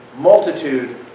multitude